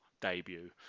debut